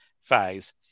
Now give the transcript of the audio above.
phase